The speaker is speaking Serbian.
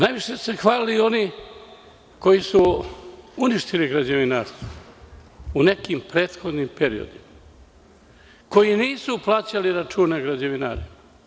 Najviše su se hvalili oni koji su uništili građevinarstvo u nekim prethodnim periodima, koji nisu plaćali račune građevinarima.